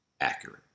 accurate